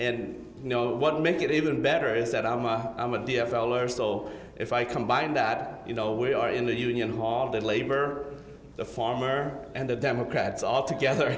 and you know what make it even better is that i'm a i'm a d f l or soul if i combine that you know we are in the union hall the labor the former and the democrats all together